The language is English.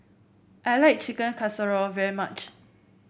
I like Chicken Casserole very much